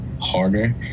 harder